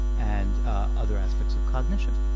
and other aspects of cognition?